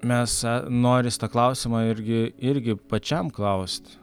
mes noris tą klausimą irgi irgi pačiam klaust